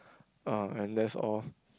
uh and that's all